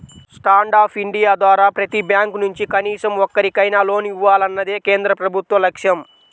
stand Up India ద్వారా ప్రతి bank నుంచి కనీసం ఒక్కరికైనా లోన్ ఇవ్వాలన్నదే కేంద్ర ప్రభుత్వ లక్ష్యం